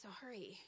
sorry